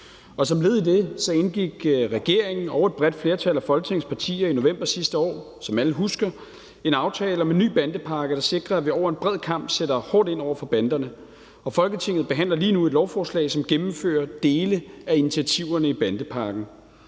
sig. Som led i det indgik regeringen og et bredt flertal af Folketingets partier i november sidste år, som alle husker, en aftale om en ny bandepakke, der sikrer, at vi over en bred kam sætter hårdt ind over for banderne. Og Folketinget behandler lige nu et lovforslag, som gennemfører dele af initiativerne i bandepakken.